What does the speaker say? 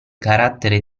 carattere